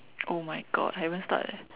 oh my god I haven't start eh